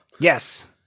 Yes